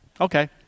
okay